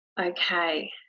Okay